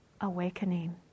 awakening